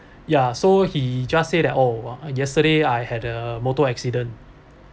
ya so he just say that oh uh yesterday I had a motor accident